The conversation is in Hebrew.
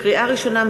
לקריאה ראשונה,